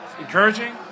Encouraging